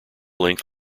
length